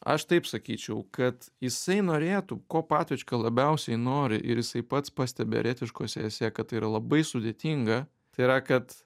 aš taip sakyčiau kad jisai norėtų ko patočka labiausiai nori ir jisai pats pastebi eretiškose esė kad tai yra labai sudėtinga tai yra kad